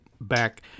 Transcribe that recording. back